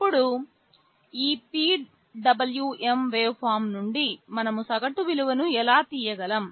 ఇప్పుడు ఈ PWM waveform నుండి మనం సగటు విలువను ఎలా తీయగలం